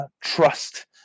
trust